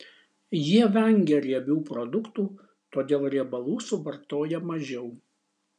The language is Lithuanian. jie vengia riebių produktų todėl riebalų suvartoja mažiau